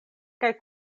kaj